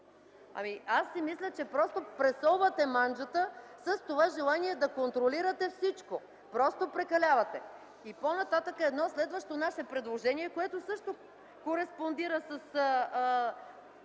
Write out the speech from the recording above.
Аз си мисля, че просто пресовате манджата с това желание да контролирате всичко. Просто прекалявате! И по-нататък - едно следващо наше предложение, което също кореспондира с